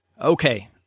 Okay